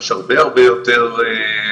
יש הרבה הרבה יותר מנעד